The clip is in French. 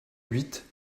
huit